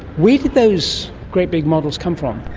where did those great big models come from?